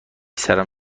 سرم